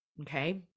okay